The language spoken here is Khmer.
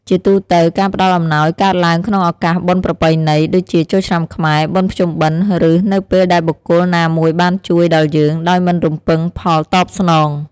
ជាទូទៅ ការផ្ដល់អំណោយកើតឡើងក្នុងឱកាសបុណ្យប្រពៃណី ដូចជាចូលឆ្នាំខ្មែរ បុណ្យភ្ជុំបិណ្ឌ ឬ នៅពេលដែលបុគ្គលណាមួយបានជួយដល់យើងដោយមិនរំពឹងផលតបស្នង។